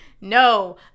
No